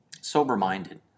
sober-minded